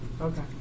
Okay